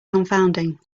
confounding